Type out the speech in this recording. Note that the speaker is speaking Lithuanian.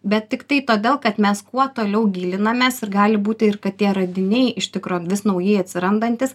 bet tiktai todėl kad mes kuo toliau gilinamės ir gali būti ir kad tie radiniai iš tikro vis naujai atsirandantys